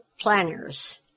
planners